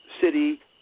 city